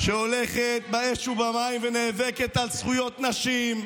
שהולכת באש ובמים ונאבקת על זכויות נשים,